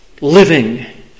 living